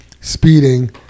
speeding